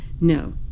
No